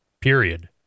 period